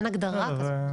אין הגדרה כזאת.